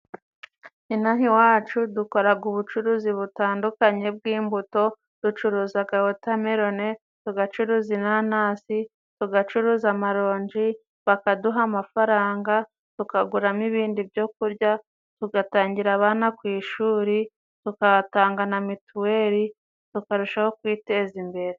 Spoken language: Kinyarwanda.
Inaha iwacu dukoraga ubucuruzi butandukanye bw'imbuto. Ducuruzaga:wotamelone, tugacuruza inanasi, tugacuruza amaronji, bakaduha amafaranga tukaguramo ibindi byo kurya, tugatangira abana ku ishuri, tukatanga na mituweri, tukarushaho kwiteza imbere.